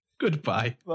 Goodbye